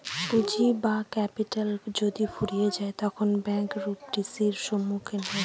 পুঁজি বা ক্যাপিটাল যদি ফুরিয়ে যায় তখন ব্যাঙ্ক রূপ টি.সির সম্মুখীন হয়